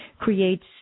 creates